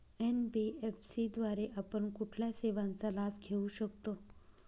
NBFC द्वारे आपण कुठल्या सेवांचा लाभ घेऊ शकतो?